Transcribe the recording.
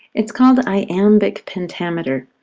it's called iambic pentameter.